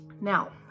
Now